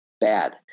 Bad